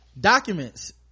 documents